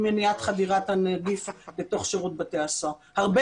מניעת חדירת הנגיף לתוך שירות בתי הסוהר ועשה זאת הרבה